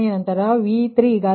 9763 per ಯುನಿಟ್ಗೆಮತ್ತು V3ಯು 1